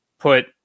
put